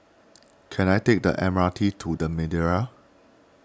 can I take the M R T to the Madeira